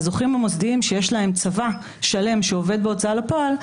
הזוכים המוסדיים שיש להם צבא שלם שעובד בהוצאה לפועל,